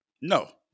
No